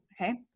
Okay